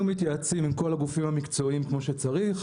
מתייעצים עם כל הגופים המקצועיים כמו שצריך,